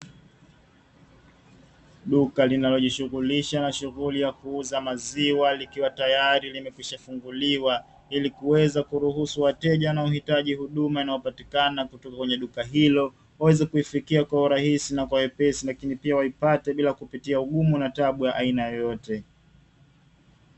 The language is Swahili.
Duka linalojishughulisha na shughuli ya kuuza maziwa likiwa tayari limekwisha funguliwa ili kuweza kuruhusu wateja wanaohitaji huduma inayopatikana kutoka kwenye duka hilo, waweze kuifikia kwa urahisi na kwa wepesi, lakini pia waipate bila kupitia ugumu na taabu ya aina yoyote.